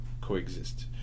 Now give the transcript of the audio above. coexist